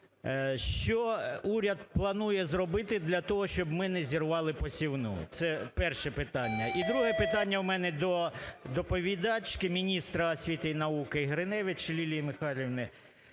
Що уряд планує зробити для того, щоб ми не зірвали посівну? Це перше питання. І друге питання в мене до доповідачки міністра освіти і науки Гриневич Лілії Михайлівни.